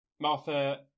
Martha